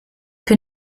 que